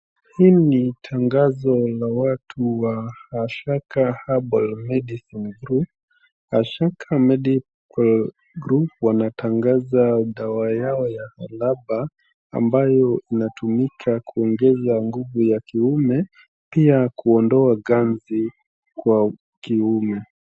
Hili ni tanazo la watu wa Ahasaka herbal medicine group, Ahasaka medical group wanatangaza dawa yao ya Albaa, ambayo inatumika kuongeza nguvu za kiume, pia kuondoa ganzi kwa kiume.